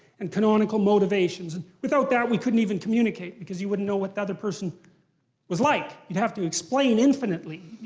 and canonical motivations, and without that, we couldn't even communicate because you wouldn't know what the other person was like. you'd have to explain infinitely.